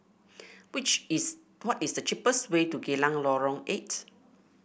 which is what is the cheapest way to Geylang Lorong Eight